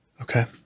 Okay